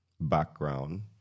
background